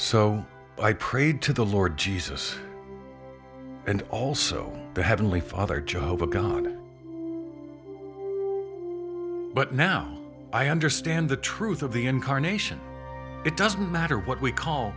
so i prayed to the lord jesus and also the heavenly father job of god but now i understand the truth of the incarnation it doesn't matter what we call